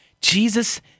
Jesus